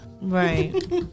Right